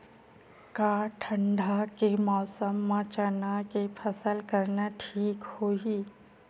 का ठंडा के मौसम म चना के फसल करना ठीक होही?